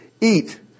eat